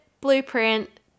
blueprint